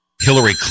Hillary